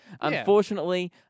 Unfortunately